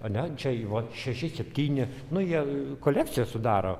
a ne čia va šeši septyni nu jie kolekciją sudaro